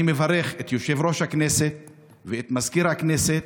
אני מברך את יושב-ראש הכנסת ואת מזכירת הכנסת